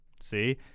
See